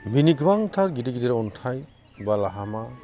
बिनि गोबांथार गिदिर गिदिर अन्थाइ बालाहामा